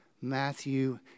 matthew